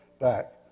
back